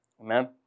Amen